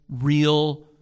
real